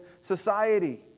society